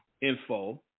info